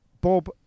Bob